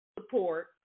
support